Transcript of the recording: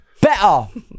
better